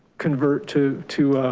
convert to to